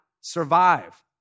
survive